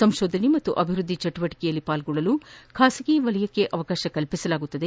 ಸಂಶೋಧನೆ ಮತ್ತು ಅಭಿವೃದ್ಧಿ ಚಟುವಟಕೆಗಳಲ್ಲಿ ಪಾಲ್ಗೊಳ್ಳಲು ಖಾಸಗಿ ವಲಯಕ್ಷೆ ಅವಕಾಶ ಕಲ್ಲಿಸಲಾಗುವುದು